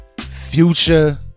Future